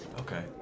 Okay